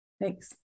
Thanks